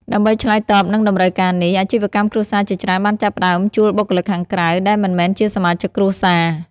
ដើម្បីឆ្លើយតបនឹងតម្រូវការនេះ អាជីវកម្មគ្រួសារជាច្រើនបានចាប់ផ្តើមជួលបុគ្គលិកខាងក្រៅ ដែលមិនមែនជាសមាជិកគ្រួសារ។